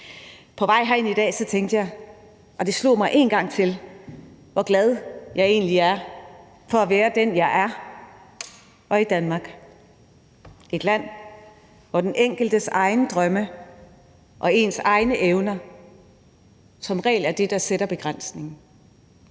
På vej herind i dag tænkte jeg, og det slog mig en gang til, hvor glad jeg egentlig er for at være den, jeg er, og i Danmark. Det er et land, hvor den enkeltes egne drømme og ens egne evner som regel er det, der sætter begrænsningen.